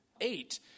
eight